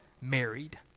married